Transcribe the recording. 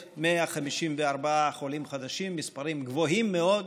1,154 חולים חדשים, מספרים גבוהים מאוד.